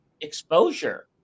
exposure